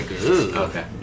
Okay